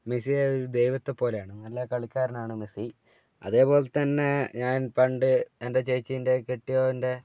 മെസ്സിയെ ഒരു ദൈവത്തെപ്പോലെയാണ് നല്ല കളിക്കാരനാണ് മെസ്സി അതേപോലെത്തന്നെ ഞാൻ പണ്ട് എൻ്റെ ചേച്ചീൻ്റെ കെട്ടിയവൻ്റെ